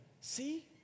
see